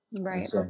Right